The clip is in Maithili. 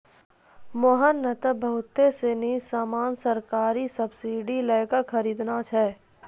मोहन नं त बहुत सीनी सामान सरकारी सब्सीडी लै क खरीदनॉ छै